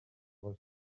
reçu